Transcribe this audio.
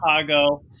Chicago